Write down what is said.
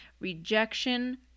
rejection